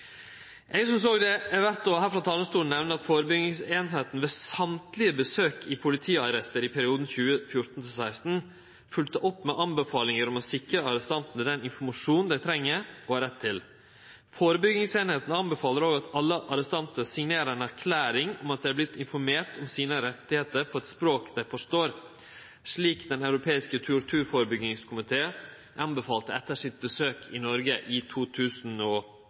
å nemne at førebyggingsavdelinga ved alle besøka i politiarrestar i perioden 2014–2016 følgde opp med anbefalingar om å sikre arrestantane den informasjonen dei treng og har rett til. Førebyggingsavdelinga anbefaler òg at alle arrestantar signerer ei erklæring om at dei har vorte informerte om sine rettar på eit språk dei forstår, slik Den europeiske torturførebyggingskomiteen anbefalte etter sitt besøk i Noreg i